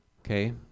Okay